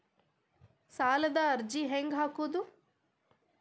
ಸಾಲದ ಅರ್ಜಿ ಹೆಂಗ್ ಹಾಕುವುದು?